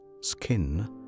skin